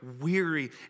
weary